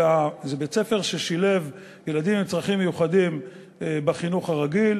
זה בית-ספר ששילב ילדים עם צרכים מיוחדים בחינוך הרגיל,